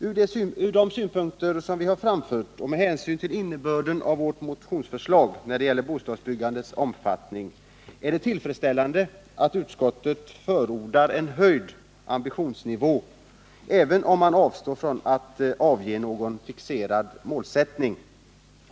Från de synpunkter vi framfört, och med hänsyn till innebörden av vårt motionsförslag när det gäller bostadsbyggandets omfattning, är det tillfredsställande att utskottet förordar en höjd ambitionsnivå, även om man avstår från att ange någon ny fixerad målsättning.